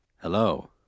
Hello